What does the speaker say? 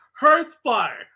Hearthfire